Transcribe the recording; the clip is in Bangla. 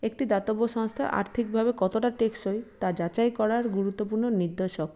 একটি দাতব্য সংস্থা আর্থিকভাবে কতটা টেকসই তা যাচাই করার গুরুত্বপূর্ণ নির্দেশক